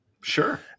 sure